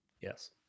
Yes